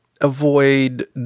avoid